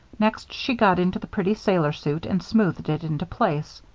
next she got into the pretty sailor suit and smoothed it into place.